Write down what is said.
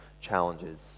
challenges